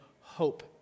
hope